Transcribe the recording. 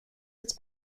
its